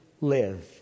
live